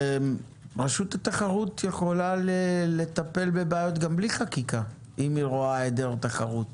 רשות התחרות יכולה לטפל בבעיות גם בלי חקיקה אם היא רואה היעדר תחרות